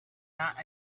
not